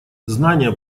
знания